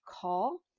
call